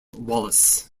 wallace